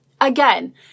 Again